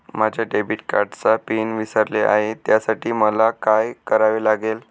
माझ्या डेबिट कार्डचा पिन विसरले आहे त्यासाठी मला काय करावे लागेल?